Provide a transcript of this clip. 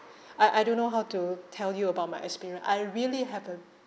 I I don't know how to tell you about my experience I really have a